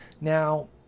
Now